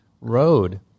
road